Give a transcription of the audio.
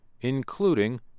including